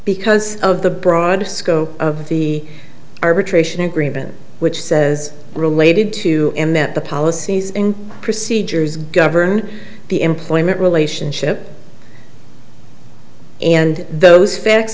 because of the broader scope of the arbitration agreement which says related to him that the policies and procedures govern the employment relationship and those facts